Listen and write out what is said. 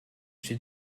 suis